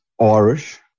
Irish